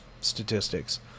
statistics